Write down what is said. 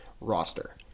roster